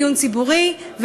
שוב, בלי שום דיון ציבורי.